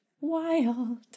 Wild